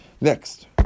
Next